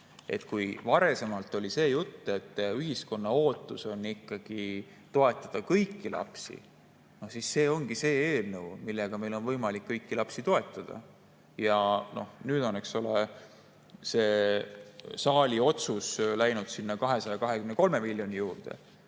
Kui varasemalt oli jutt, et ühiskonna ootus on ikkagi see, et toetatakse kõiki lapsi, siis see ongi see eelnõu, millega meil on võimalik kõiki lapsi toetada. Saali otsus on läinud sinna 223 miljoni juurde.